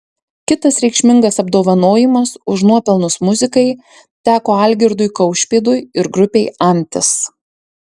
kitas reikšmingas apdovanojimas už nuopelnus muzikai teko algirdui kaušpėdui ir grupei antis